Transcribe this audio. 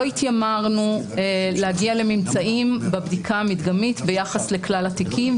לא התיימרנו להגיע לממצאים בבדיקה המדגמית ביחס לכלל התיקים,